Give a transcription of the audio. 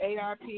ARP